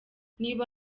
niba